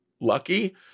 lucky